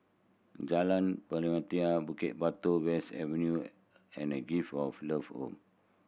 Jalan Pelatina Bukit Batok West Avenue and Gift of Love Home